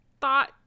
thought